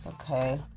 Okay